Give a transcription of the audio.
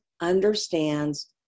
understands